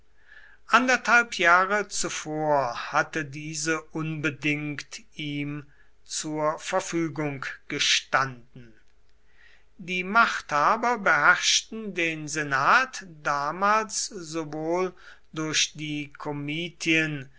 anderthalb jahre zuvor hatte diese unbedingt ihm zur verfügung gestanden die machthaber beherrschten den senat damals sowohl durch die